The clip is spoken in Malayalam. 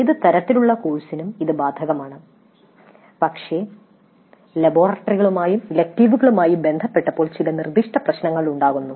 ഏത് തരത്തിലുള്ള കോഴ്സിനും ഇത് ബാധകമാണ് പക്ഷേ ലബോറട്ടറികളുമായും ഇലക്ടീവുകളുമായും ബന്ധപ്പെട്ടപ്പോൾ ചില നിർദ്ദിഷ്ട പ്രശ്നങ്ങൾ ഉണ്ടാകുന്നു